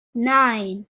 nine